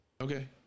Okay